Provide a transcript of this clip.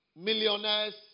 millionaires